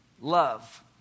love